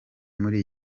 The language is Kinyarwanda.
muri